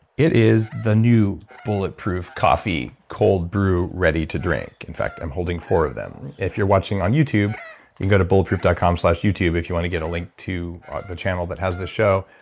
it is the new bulletproof coffee cold brew ready-to-drink. in fact, i'm holding four of them. if you're watching on youtube, you can go to bulletproof dot com slash youtube if you want to get a link to the channel that has this show.